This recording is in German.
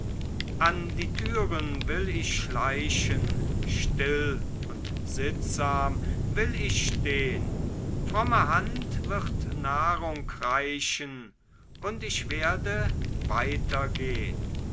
an die türen will ich schleichen still und sittsam will ich stehn fromme hand wird nahrung reichen und ich werde weiter gehn